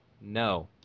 No